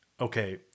okay